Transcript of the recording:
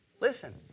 Listen